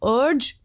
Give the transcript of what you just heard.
urge